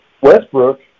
Westbrook